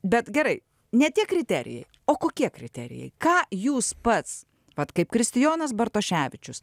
bet gerai ne tie kriterijai o kokie kriterijai ką jūs pats vat kaip kristijonas bartoševičius